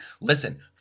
Listen